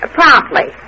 promptly